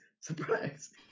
Surprise